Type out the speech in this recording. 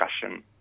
discussion